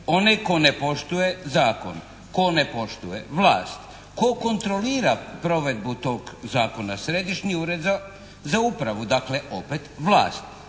Onaj tko ne poštuje zakon. Tko ne poštuje? Vlast. Tko kontrolira provedbu tog zakona? Središnji ured za upravu. Dakle opet vlast.